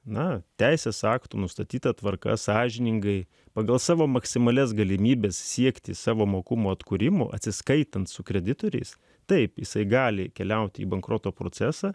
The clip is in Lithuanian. na teisės aktų nustatyta tvarka sąžiningai pagal savo maksimalias galimybes siekti savo mokumo atkūrimo atsiskaitant su kreditoriais taip jisai gali keliauti į bankroto procesą